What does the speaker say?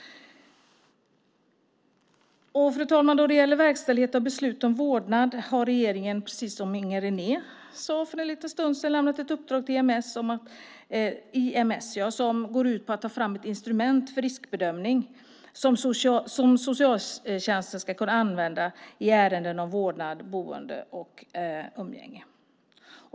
Fru talman! Då det gäller verkställighet av beslut om vårdnad har regeringen, precis som Inger René sade för en liten stund sedan, lämnat ett uppdrag till IMS som går ut på att ta fram ett instrument för riskbedömning som socialtjänsten ska kunna använda i ärenden om vårdnad, boende och umgänge.